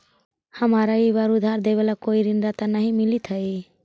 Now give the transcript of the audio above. हमारा ई बार उधार देवे ला कोई ऋणदाता नहीं मिलित हाई